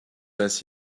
ainsi